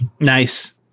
Nice